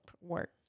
work